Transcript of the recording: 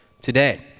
today